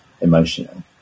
emotional